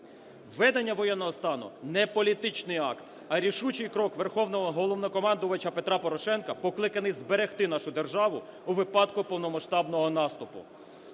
Введення воєнного стану – не політичний акт, а рішучий крок Верховного Головнокомандувача Петра Порошенка, покликаний зберегти нашу державу у випадку повномасштабного наступу.